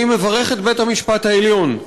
אני מברך את בית-המשפט העליון,